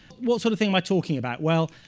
what sort of thing am i talking about? well,